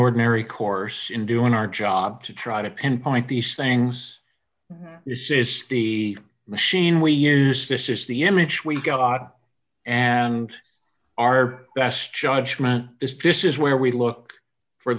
ordinary course in doing our job to try to pinpoint these things this is the machine we use this is the in which we go out and our best judgment this business is where we look for